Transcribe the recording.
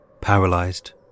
Paralysed